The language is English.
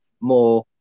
more